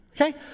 Okay